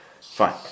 Fine